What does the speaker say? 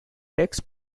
text